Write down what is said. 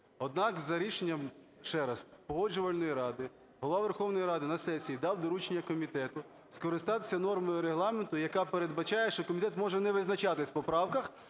Однак, за рішенням, ще раз, Погоджувальної ради, Голова Верховної Ради на сесії дав доручення комітету скористатися нормою Регламенту, яка передбачає, що комітет може не визначатись по правках,